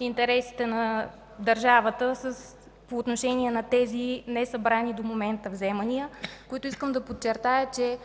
интересите на държавата по отношение на тези несъбрани до момента вземания. Искам да подчертая, че